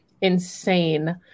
insane